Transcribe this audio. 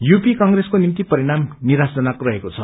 UP कंग्रेसको निम्ति परिणाम निराशाजनक रहेको छ